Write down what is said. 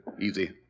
Easy